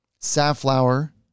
safflower